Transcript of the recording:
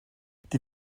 die